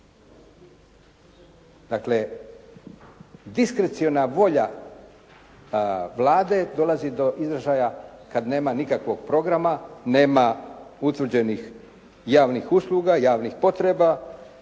Dakle, diskreciona volja Vlade dolazi do izražaja kad nema nikakvog programa, nema utvrđenih javnih usluga, javnih potreba